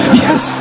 yes